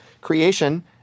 creation